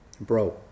Bro